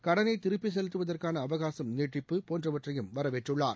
கடனை திருப்பிச் செலுத்துவதற்கான அவகாசம் நீட்டிப்பு போன்றவற்றையும் வரவேற்றுள்ளார்